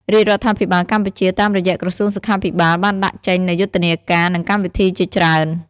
រាជរដ្ឋាភិបាលកម្ពុជា តាមរយៈក្រសួងសុខាភិបាលបានដាក់ចេញនូយុទ្ធនាការ និងកម្មវិធីជាច្រើន។